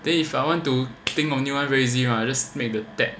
then if I want to think of new [one] very easy mah just make the tap